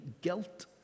guilt